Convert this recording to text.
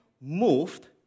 moved